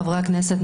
חברי הכנסת,